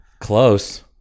Close